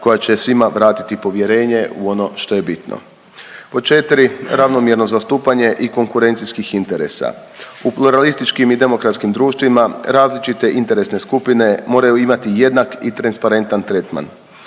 koja će svima vratiti povjerenje u ono što je bitno. Pod 4., ravnomjerno zastupanje i konkurencijskih interesa. U pluralističkim i demokratskim društvima različite interesne skupine moraju imat jednak i transparentan tretman.